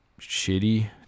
Shitty